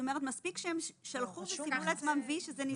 מספיק הם שלחו וסימנו לעצמם וי שזה נשלח?